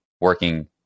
working